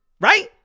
right